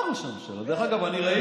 דרך אגב, אני יודע